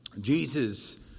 Jesus